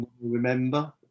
remember